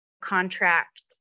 contract